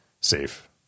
safe